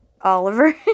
Oliver